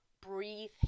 breathe